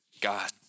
God